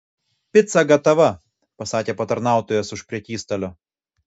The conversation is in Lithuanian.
pica gatava pasakė patarnautojas už prekystalio